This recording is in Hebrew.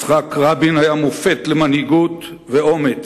יצחק רבין היה מופת למנהיגות ואומץ,